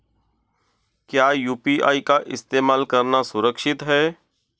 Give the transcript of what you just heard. क्या यू.पी.आई का इस्तेमाल करना सुरक्षित है?